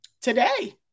today